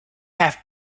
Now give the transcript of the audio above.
have